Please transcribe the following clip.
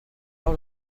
voir